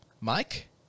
Mike